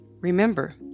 Remember